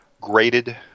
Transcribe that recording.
grated